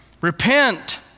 repent